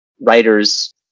writers